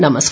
नमस्कार